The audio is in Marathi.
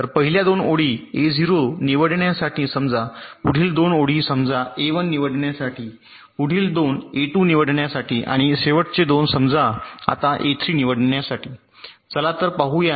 तर पहिल्या 2 ओळी A0 निवडण्यासाठी समजा पुढील 2 ओळी समजा A1 निवडण्यासाठी पुढील 2 A2 निवडण्यासाठी आणि शेवटचे 2 समजा आता A3 निवडण्यासाठी चला पाहूया